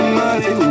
money